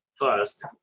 first